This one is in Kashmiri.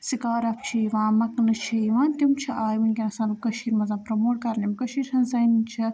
سِکارَف چھِ یِوان مَکنہٕ چھِ یِوان تِم چھِ آیہِ وُنکیٚس کٔشیٖر مَنٛز پرٛیٚموٹ کَرنہِ یِم کٔشیٖرِ ہنٛز زَنہِ چھِ